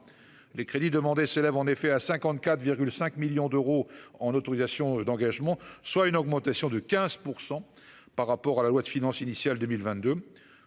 les crédits demandés s'élève en effet à 54 5 millions d'euros en autorisations d'engagement, soit une augmentation de 15 % par rapport à la loi de finances initiale 2022